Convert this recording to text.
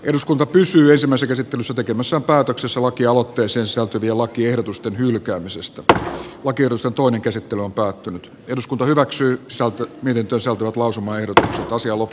eduskunta pysyä samassa käsittelyssä tekemässä päätöksessä vakiovaatteisiin sopivia lakiehdotusten hylkäämisestä tää on tiedossa toinen käsittely on päättynyt eduskunta hyväksyy osalta viitoselta lausumaehdotus olisi ollut